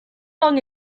long